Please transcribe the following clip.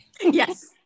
Yes